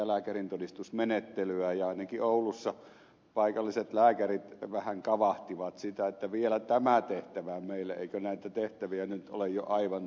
ainakin oulussa paikalliset lääkärit vähän kavahtivat sitä että vielä tämä tehtävä eikö näitä tehtäviä nyt ole jo aivan tarpeeksi kertynyt